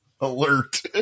alert